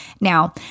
Now